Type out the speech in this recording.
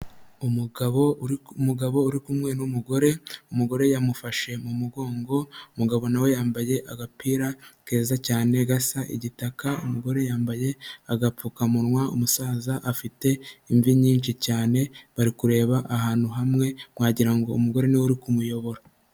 Umugabo uri kumwe n'umugore umugore yamufashe mu mugongo umugabo nawe yambaye agapira keza cyane gasa igitaka umugore yambaye agapfukamunwa umusaza afite imvi nyinshi cyane bari kureba ahantu hamwe wagirango ngo umugore ni we uri kumuyobora.